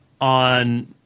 on